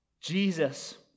Jesus